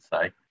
say